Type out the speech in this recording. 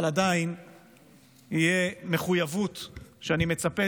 אבל עדיין זאת תהיה מחויבות שאני מצפה